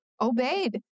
obeyed